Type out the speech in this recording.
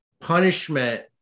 punishment